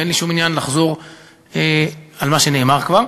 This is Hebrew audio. ואין לי שום עניין לחזור על מה שנאמר כבר.